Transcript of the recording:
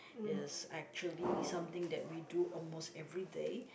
is actually something that we do almost everyday